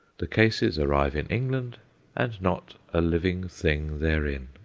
the cases arrive in england and not a living thing therein!